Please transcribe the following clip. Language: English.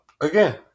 Again